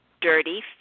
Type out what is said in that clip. dirty